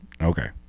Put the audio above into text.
Okay